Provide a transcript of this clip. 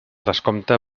descompte